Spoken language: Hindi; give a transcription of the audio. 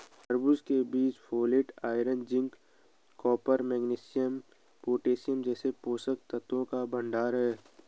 तरबूज के बीज folate, iron, zinc, copper, magnesium, potassium जैसे पोषक तत्वों का भंडार है